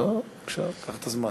לא, בבקשה, קח את הזמן.